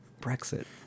Brexit